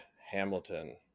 hamilton